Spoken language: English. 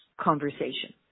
conversation